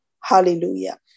Hallelujah